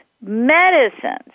medicines